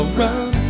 run